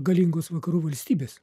galingos vakarų valstybės